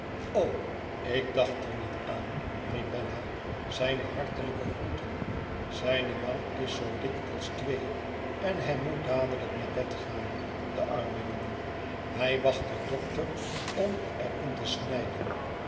ik dacht er niet aan riep bella zijne hartelijke groeten zijne wang is zoo dik als twee en hij moet dadelijk naar bed gaan de arme jongen hij wacht den dokter om er in te snijden